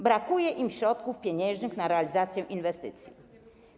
Brakuje im środków pieniężnych na realizację inwestycji.